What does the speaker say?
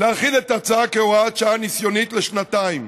להחיל את ההצעה כהוראת שעה ניסיונית לשנתיים